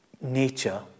nature